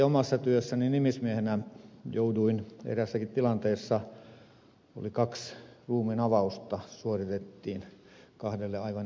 omassa työssäni nimismiehenä eräässäkin tilanteessa oli kaksi ruumiinavausta suoritettiin kahdelle aivan erilaiselle henkilölle